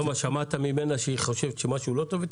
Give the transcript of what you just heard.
למה, שמעת ממנה שהיא חושבת שמשהו לא טוב אצלה?